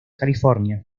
california